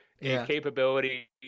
capability